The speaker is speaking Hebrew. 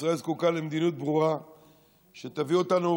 ישראל זקוקה למדיניות ברורה שתביא אותנו